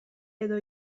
edo